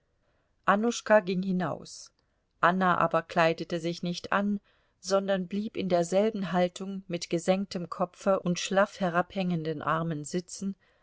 annuschka ging hinaus anna aber kleidete sich nicht an sondern blieb in derselben haltung mit gesenktem kopfe und schlaff herabhängenden armen sitzen